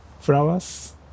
Flowers